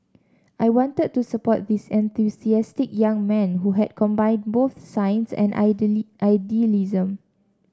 I wanted to support this enthusiastic young man who has combined both science and idealism